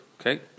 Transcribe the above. okay